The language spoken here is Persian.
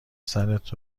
سرت